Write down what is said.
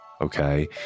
okay